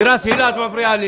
הילה, את מפריעה לי.